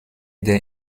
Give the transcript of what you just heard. der